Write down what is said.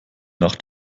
nach